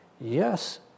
Yes